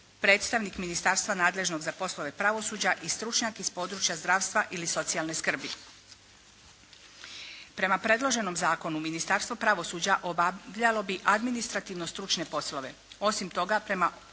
predstavnik ministarstva nadležnog za poslove pravosuđa i stručnjak iz područja zdravstva ili socijalne skrbi. Prema predloženom zakonu Ministarstvo pravosuđa obavljalo bi administrativno stručne poslove. Osim toga, prema